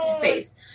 face